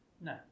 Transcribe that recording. No